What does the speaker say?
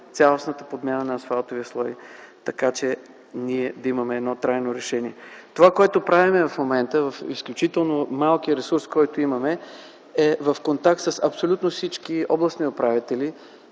цялостната подмяна на асфалтовия слой, така че да имаме едно трайно решение. Това, което правим в момента с изключително малкия ресурс, който имаме, е контакт с абсолютно всички областни управители.